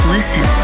Listen